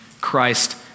Christ